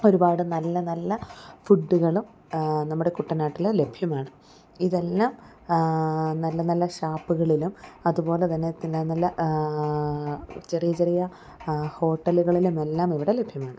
ഒരുപാട് നല്ല നല്ല ഫുഡുകളും നമ്മുടെ കുട്ടനാട്ടിൽ ലഭ്യമാണ് ഇതെല്ലാം നല്ല നല്ല ഷാപ്പുകളിലും അതുപോലെ തന്നെ പിന്നെ നല്ല ചെറിയ ചെറിയ ഹോട്ടലുകളിലുമെല്ലാം ഇവിടെ ലഭ്യമാണ്